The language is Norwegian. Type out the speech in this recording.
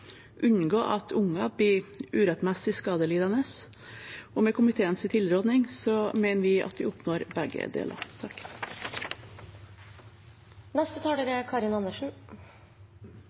at unger blir urettmessig skadelidende. Med komiteens tilrådning mener vi at vi oppnår begge deler.